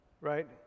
right